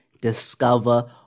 discover